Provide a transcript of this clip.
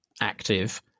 active